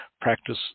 practice